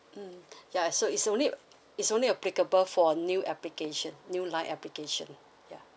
mm ya so it's only it's only applicable for new application new line application ya